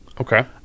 Okay